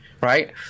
right